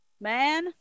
man